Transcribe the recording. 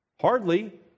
Hardly